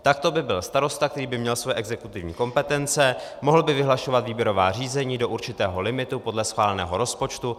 Takto by byl starosta, který by měl své exekutivní kompetence, mohl by vyhlašovat výběrová řízení do určitého limitu podle schváleného rozpočtu.